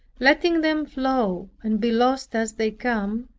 letting them flow and be lost as they come.